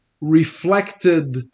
reflected